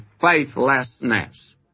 faithlessness